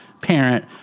parent